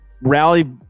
rally